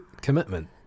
commitment